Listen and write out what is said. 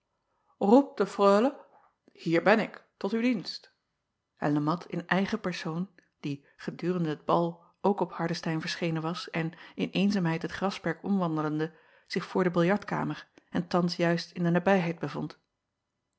oept de reule ier ben ik tot uw dienst en e at in eigen persoon die gedurende het bal ook op ardestein verschenen was en in eenzaamheid het gras acob van ennep laasje evenster delen perk omwandelende zich voor de biljartkamer en thans juist in de nabijheid bevond